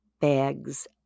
bags